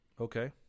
okay